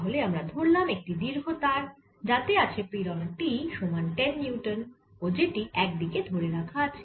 তাহলে আমরা ধরলাম একটি দীর্ঘ তার যাতে আছে পীড়ন T সমান 10 নিউটন ও যেটি একদিকে ধরে রাখা আছে